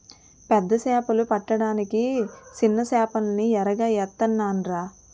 పెద్ద సేపలు పడ్డానికి సిన్న సేపల్ని ఎరగా ఏత్తనాన్రా